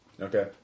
Okay